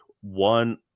one